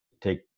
take